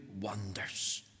wonders